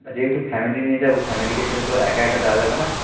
যেহেতু ফ্যামিলি নিয়ে যাবো ফ্যামিলিকে ছেড়ে তো একা একা যাওয়া যাবে না